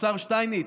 השר שטייניץ,